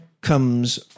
comes